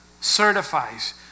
certifies